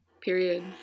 Period